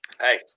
Hey